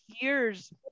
years